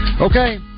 Okay